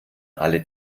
alle